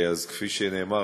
אז כפי שנאמר,